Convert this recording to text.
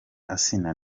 asinah